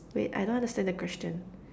wait I don't understand the question